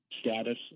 status